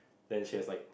then she has like